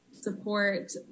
support